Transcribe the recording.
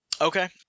Okay